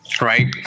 Right